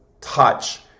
touch